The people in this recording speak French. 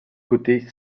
côté